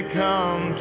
come